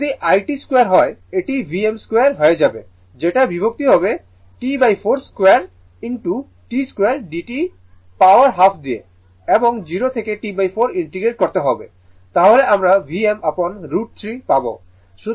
যদি 2it হয় এটি Vm2 হয়ে যাবে যেটা বিভক্ত হবে T42 T2dt পাওয়ার হাফ দিয়ে এবং 0 থেকে T4 ইন্টিগ্রেট করতে হবে তাহলে আমরা Vm upon √3 পাব